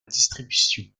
distribution